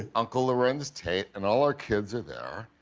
and uncle larenz tate and all our kids are there.